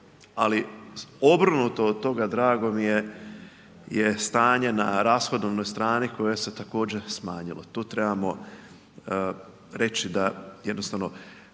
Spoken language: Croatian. ali obrnuto od toga drago mi je je stanje na rashodovnoj strani koje se također smanjilo. Tu trebamo reći da jednostavno